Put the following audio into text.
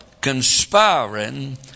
conspiring